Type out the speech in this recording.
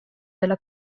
della